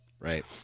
Right